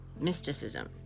mysticism